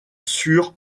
sur